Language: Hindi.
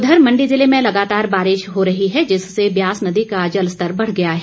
उघर मंडी जिले में लगातार बारिश हो रही है जिससे व्यास नदी का जलस्तर बढ़ गया है